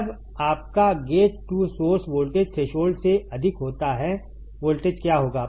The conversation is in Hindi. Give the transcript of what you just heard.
जब आपका gate to source voltage threshold से अधिक होता है वोल्टेज क्या होगा